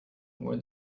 more